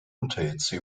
unterhitze